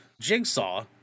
Jigsaw